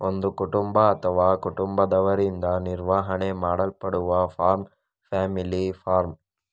ಒಂದು ಕುಟುಂಬ ಅಥವಾ ಕುಟುಂಬದವರಿಂದ ನಿರ್ವಹಣೆ ಮಾಡಲ್ಪಡುವ ಫಾರ್ಮ್ ಫ್ಯಾಮಿಲಿ ಫಾರ್ಮ್